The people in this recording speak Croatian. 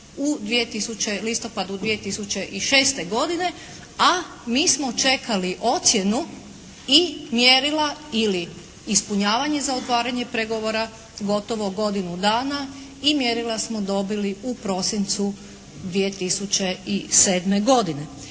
listopadu 2006. godine. A mi smo čekali ocjenu i mjerila ili ispunjavanje za otvaranje pregovora gotovo godinu dana i mjerila smo dobili u prosincu 2007. godine.